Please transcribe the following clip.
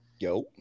Yo